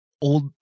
old